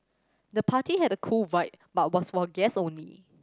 the party had a cool vibe but was for guests only